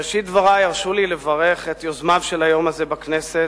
בראשית דברי הרשו לי לברך את יוזמיו של היום הזה בכנסת